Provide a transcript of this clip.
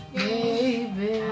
baby